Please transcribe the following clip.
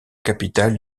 capitale